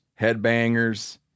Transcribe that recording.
headbangers